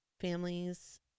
families